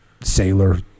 sailor